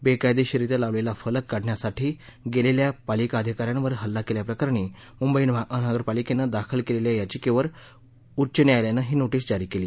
बेकायदेशीरित्या लावलेला फलक काढण्यासाठी गेलेल्या पालिका अधिका यांवर हल्ला केल्याप्रकरणी मुंबई महानगरपालिकेनं दाखल केलेल्या याचिकेवर उच्च न्यायालयानं ही नोटीस जारी केली